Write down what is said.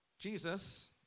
Jesus